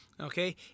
Okay